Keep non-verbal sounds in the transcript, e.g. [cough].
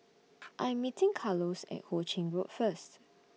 [noise] I Am meeting Carlos At Ho Ching Road First